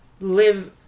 live